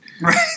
Right